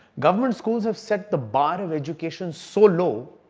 government schools have set the bar of education so low,